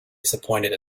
disappointed